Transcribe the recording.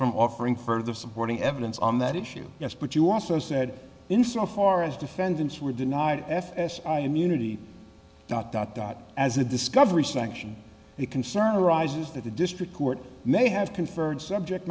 from offering further supporting evidence on that issue yes but you also said in so far as defendants were denied f s i immunity dot dot dot as a discovery sanction the concern rises that a district court may have conferred subject